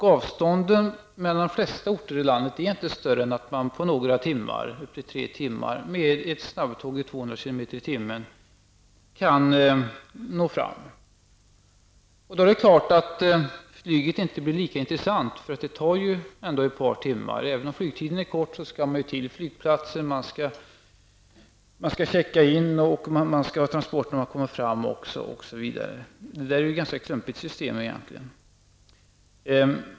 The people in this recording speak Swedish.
Avstånden mellan de flesta orter i landet är inte större än att man på några timmar, upp till tre timmar, med ett snabbtåg i 220 km/tim kan nå fram. Då är det klart att flyget inte blir så attraktivt, för även om flygtiden är kort, skall man först ta sig till flygplatsen, sedan skall man checka in, osv. Det är egentligen ett ganska klumpigt system.